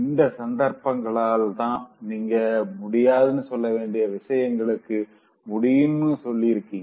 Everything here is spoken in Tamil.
இந்த சந்தர்ப்பங்கள்லதா நீங்க முடியாதுனு சொல்லவேண்டிய விஷயங்களுக்கு முடியும்னு சொல்லிருக்கீங்க